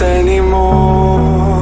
anymore